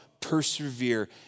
Persevere